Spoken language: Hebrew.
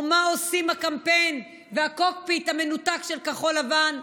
ומה עושים הקמפיין והקוקפיט המנותק של כחול לבן?